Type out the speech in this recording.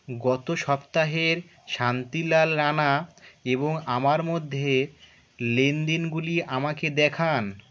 গত সপ্তাহের শান্তিলাল রাণা এবং আমার মধ্যে লেনদেনগুলি আমাকে দেখান